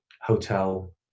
hotel